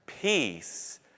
Peace